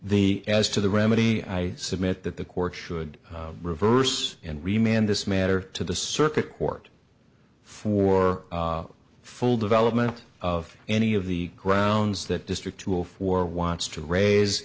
the as to the remedy i submit that the court should reverse and remain in this matter to the circuit court for full development of any of the grounds that district tool for wants to raise